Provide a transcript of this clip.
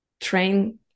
train